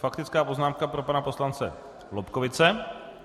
Faktická poznámka pro pana poslance Lobkowicze.